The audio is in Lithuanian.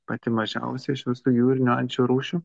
pati mažiausia iš visų jūrinių ančių rūšių